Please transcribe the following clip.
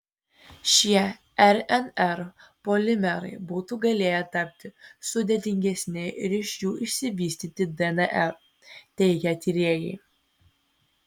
šie rnr polimerai būtų galėję tapti sudėtingesni ir iš jų išsivystyti dnr teigia tyrėjai